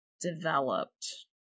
developed